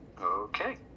Okay